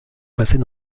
passées